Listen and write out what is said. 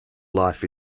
life